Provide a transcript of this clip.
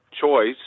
choice